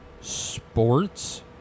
sports